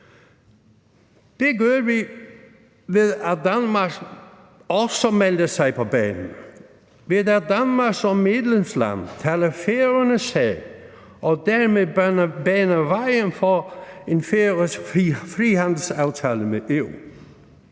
Det gør vi ved, at Danmark også melder sig på banen, ved, at Danmark som medlemsland taler Færøernes sag og dermed baner vejen for en færøsk frihandelsaftale med EU